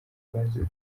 bazize